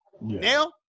Now